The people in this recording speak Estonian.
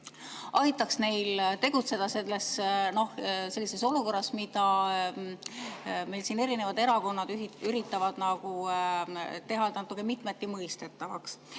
aitaks neil tegutseda sellises olukorras, mida meil erinevad erakonnad üritavad teha natuke mitmeti mõistetavaks.